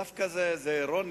דווקא זה אירוני